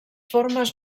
formes